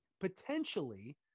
potentially